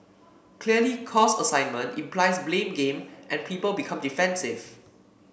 clearly cause assignment implies blame game and people become defensive